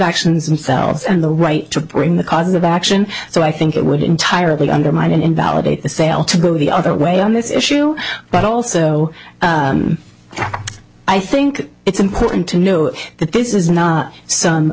actions themselves and the right to bring the cause of action so i think it would entirely undermine invalidate the sale to go the other way on this issue but also i think it's important to note that this is not some